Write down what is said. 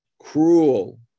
cruel